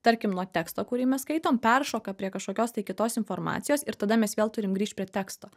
tarkim nuo teksto kurį mes skaitom peršoka prie kažkokios tai kitos informacijos ir tada mes vėl turim grįžt prie teksto